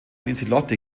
lieselotte